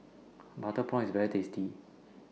Butter Prawn IS very tasty